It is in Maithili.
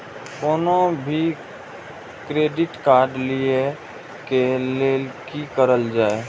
कोनो भी क्रेडिट कार्ड लिए के लेल की करल जाय?